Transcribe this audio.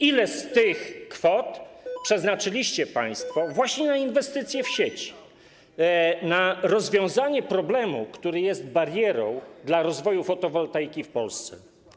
Ile z tych kwot przeznaczyliście państwo właśnie na inwestycje w sieci, na rozwiązanie problemu, który jest barierą dla rozwoju fotowoltaiki w Polsce?